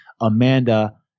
Amanda